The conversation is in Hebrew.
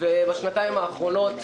בשנתיים האחרונות